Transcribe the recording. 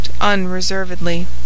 unreservedly